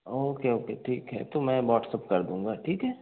okay okay ठीक है तो मैं व्हाट्सएप कर दूँगा ठीक है